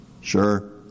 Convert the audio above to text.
Sure